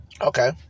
okay